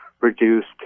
reduced